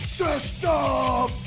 system